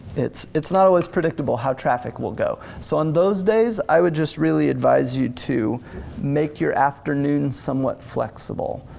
it's it's not always predictable how traffic will go. so on those days, i would just really advise you to make your afternoon somewhat flexible,